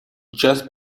just